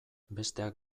besteak